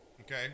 Okay